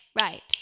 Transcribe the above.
right